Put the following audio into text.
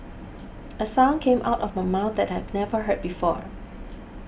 a sound came out of my mouth that I'd never heard before